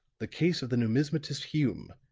the case of the numismatist hume,